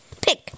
Pick